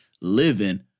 living